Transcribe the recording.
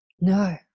No